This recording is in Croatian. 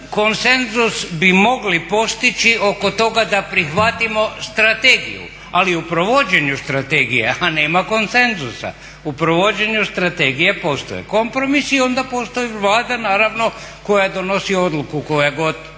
Konsenzus bi mogli postići oko toga da prihvatimo strategiju, ali u provođenju strategije nema konsenzusa. U provođenju strategije postoje kompromisi i onda postoji Vlada naravno koja donosi odluku koja god